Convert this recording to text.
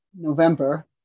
November